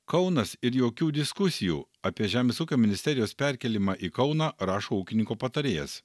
kaunas ir jokių diskusijų apie žemės ūkio ministerijos perkėlimą į kauną rašo ūkininko patarėjas